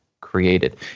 created